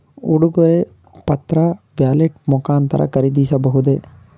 ಉಡುಗೊರೆ ಪತ್ರ ವ್ಯಾಲೆಟ್ ಮುಖಾಂತರ ಖರೀದಿಸಬಹುದೇ?